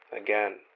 Again